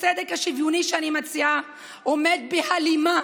הצדק השוויוני שאני מציעה, עומד בהלימה